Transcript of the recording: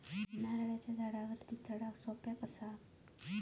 नारळाच्या झाडावरती चडाक सोप्या कसा?